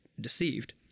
deceived